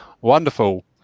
Wonderful